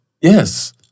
Yes